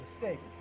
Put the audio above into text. mistakes